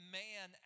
man